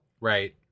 Right